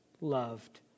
loved